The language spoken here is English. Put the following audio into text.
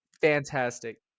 Fantastic